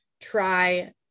try